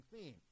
theme